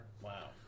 Wow